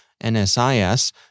NSIS